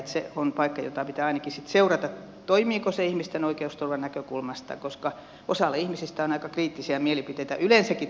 se on paikka jota pitää ainakin sitten seurata toimiiko se ihmisten oikeusturvan näkökulmasta koska osalla ihmisistä on aika kriittisiä mielipiteitä yleensäkin suomalaisen työkyvyttömyysvakuutusjärjestelmän oikaisumahdollisuuksista